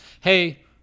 hey